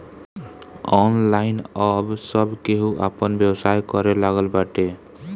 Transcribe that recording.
online अब सभे केहू आपन व्यवसाय करे लागल बाटे